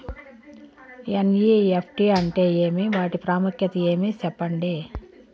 NEFT అంటే ఏమి వాటి ప్రాముఖ్యత ఏమి? సెప్పండి?